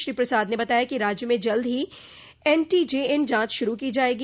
श्री प्रसाद ने बताया कि राज्य में जल्द ही एनटीजेएन जांच शुरू की जायेगी